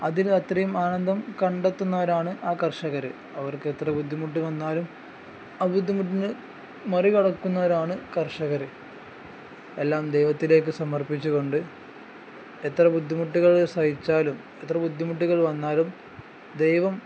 അതിൽ അത്രയും ആനന്ദം കണ്ടെത്തുന്നവരാണ് ആ കർഷകർ അവർക്ക് എത്ര ബുദ്ധിമുട്ട് വന്നാലും ആ ബുദ്ധിമുട്ടിന് മറികടക്കുന്നവരാണ് കർഷകർ എല്ലാം ദൈവത്തിലേക്ക് സമർപ്പിച്ചുകൊണ്ട് എത്ര ബുദ്ധിമുട്ടുകൾ സഹിച്ചാലും എത്ര ബുദ്ധിമുട്ടുകൾ വന്നാലും ദൈവം